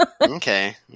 Okay